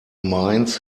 mines